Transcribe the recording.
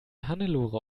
hannelore